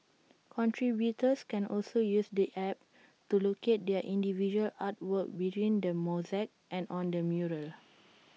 contributors can also use the app to locate their individual artwork within the mosaic and on the mural